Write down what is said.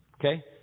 Okay